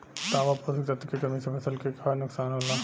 तांबा पोषक तत्व के कमी से फसल के का नुकसान होला?